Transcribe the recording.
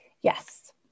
Yes